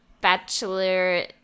bachelor